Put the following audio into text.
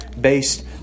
based